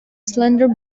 slender